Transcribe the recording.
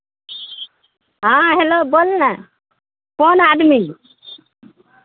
हँ हेलो बोलू ने कोन आदमी